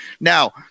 Now